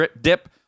dip